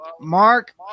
Mark